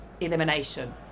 elimination